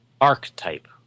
Archetype